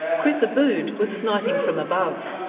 chris abood was sniping from above.